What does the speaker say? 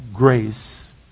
grace